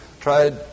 tried